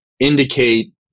indicate